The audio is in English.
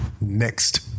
Next